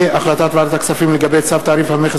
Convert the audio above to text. החלטת ועדת הכספים לגבי צו תעריף המכס